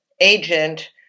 agent